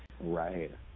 Right